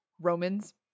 Romans